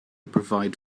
provide